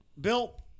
Bill